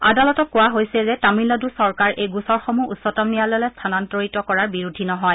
আদালতক কোৱা হৈছে যে তামিলনাডু চৰকাৰ এই গোচৰসমূহ উচ্চতম ন্যায়ালয়লৈ স্থানান্তৰিত কৰাৰ বিৰোধী নহয়